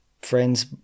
friends